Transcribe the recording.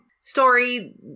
story